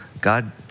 God